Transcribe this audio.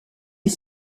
est